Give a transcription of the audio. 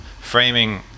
framing